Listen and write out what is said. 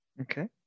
Okay